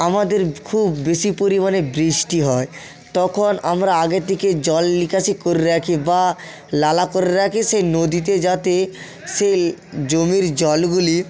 আমাদের খুব বেশি পরিমাণে বৃষ্টি হয় তখন আমরা আগে থেকে জলনিকাশি করে রাখি বা নালা করে রাখি সে নদীতে যাতে সে জমির জলগুলি